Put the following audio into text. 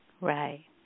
Right